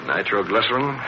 Nitroglycerin